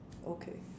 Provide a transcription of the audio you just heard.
okay